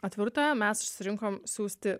atvirutę mes išsirinkom siųsti